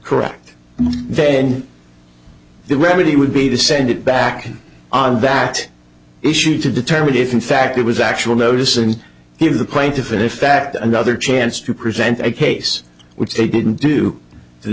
correct then the remedy would be the send it back on that issue to determine if in fact it was actual notice and give the plaintiff in effect another chance to present a case which they didn't do the